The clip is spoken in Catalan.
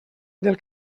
del